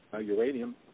uranium